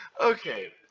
Okay